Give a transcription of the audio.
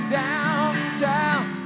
downtown